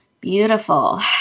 Beautiful